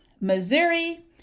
Missouri